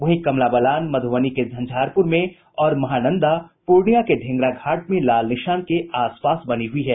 वहीं कमला बलान मध्रबनी के झंझारपुर में और महानंदा पूर्णियां के ढेंगरा घाट में लाल निशान के आसपास बनी हुई है